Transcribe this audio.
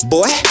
Boy